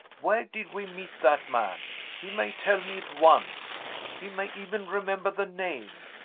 where did we meet that man he may tell me at once he may even remember the name.